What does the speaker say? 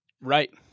Right